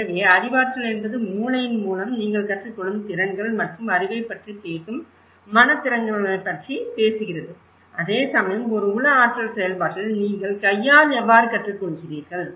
எனவே அறிவாற்றல் என்பது மூளையின் மூலம் நீங்கள் கற்றுக் கொள்ளும் திறன்கள் மற்றும் அறிவைப் பற்றி பேசும் மன திறன்களைப் பற்றி பேசுகிறது அதேசமயம் ஒரு உள ஆற்றல் செயல்பாட்டில் நீங்கள் கையால் எவ்வாறு கற்றுக் கொள்கிறீர்கள்